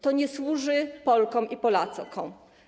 To nie służy Polkom i Polakom.